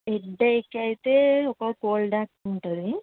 headache అయితే ఒక cold act ఉంటుంది